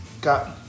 got